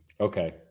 Okay